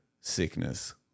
sickness